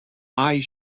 eyes